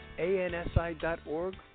ANSI.org